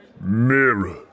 Mirror